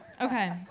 Okay